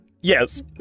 Yes